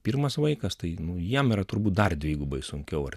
pirmas vaikas tai jiem yra turbūt dar dvigubai sunkiau ar